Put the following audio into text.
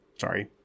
sorry